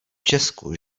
česku